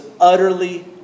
utterly